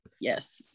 yes